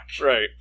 Right